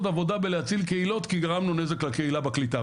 עבודה בלהציל קהילות כי גרמנו נזק לקהילה בקליטה,